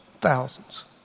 thousands